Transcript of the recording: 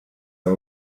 aba